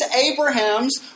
Abraham's